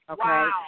Okay